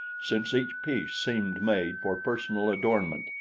since each piece seemed made for personal adornment,